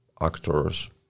actors